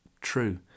true